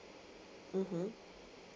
mmhmm